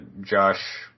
Josh